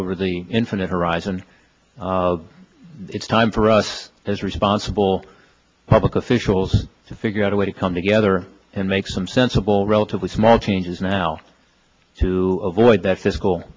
over the infinite horizon it's time for us as responsible public officials to figure out a way to come together and make some sensible relatively small changes now to avoid that